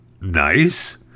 Nice